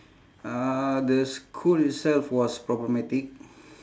uh the school itself was problematic